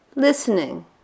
listening